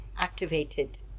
activated